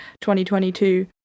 2022